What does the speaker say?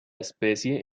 especie